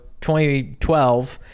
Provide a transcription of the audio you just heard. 2012